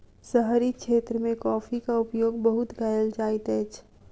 शहरी क्षेत्र मे कॉफ़ीक उपयोग बहुत कयल जाइत अछि